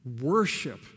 worship